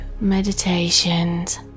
meditations